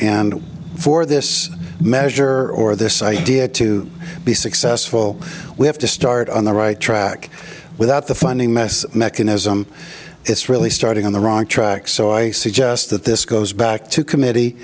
and for this measure or this idea to be successful we have to start on the right track without the funding mess mechanism it's really starting on the wrong track so i suggest that this goes back to committee